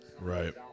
Right